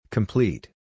Complete